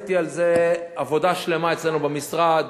עשיתי על זה עבודה שלמה אצלנו במשרד